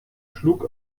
schlug